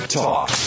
talk